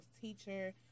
teacher